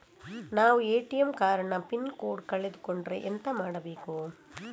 ನಾವು ATM card ನ pin code ಕಳೆದು ಕೊಂಡ್ರೆ ಎಂತ ಮಾಡ್ಬೇಕು?